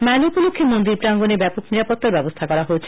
মেলা উপলক্ষ্যে মন্দির প্রাঙ্গনে ব্যাপক নিরাপত্তা ব্যবস্থা করা হয়েছে